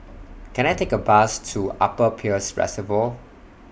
Can I Take A Bus to Upper Peirce Reservoir